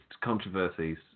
controversies